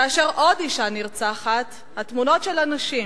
כאשר עוד אשה נרצחת, התמונות של הנשים,